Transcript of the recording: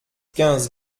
quinze